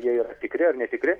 jie yra tikri ar netikri